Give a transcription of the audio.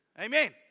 Amen